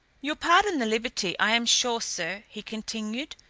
you'll pardon the liberty, i am sure, sir, he continued,